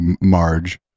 Marge